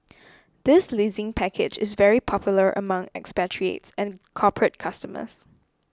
this leasing package is very popular among expatriates and corporate customers